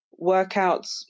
workouts